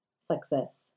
success